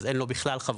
אז אין לו בכלל חבות.